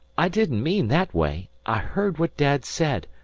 i didn't mean that way. i heard what dad said.